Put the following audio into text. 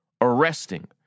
arresting